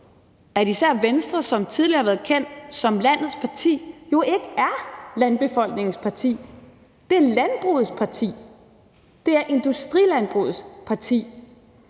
at især Venstre, som tidligere har været kendt som landbefolkningens parti, nu ikke er landbefolkningens parti. Det er landbrugets parti, det er industrilandbrugets parti.